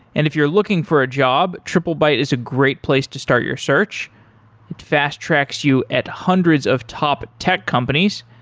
and if you're looking for a job, triplebyte is a great place to start your search. it fast tracks you at hundreds of top tech companies.